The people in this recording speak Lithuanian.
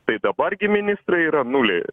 tai dabar gi ministrai yra nuliai